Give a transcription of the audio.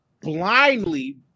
blindly